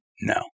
No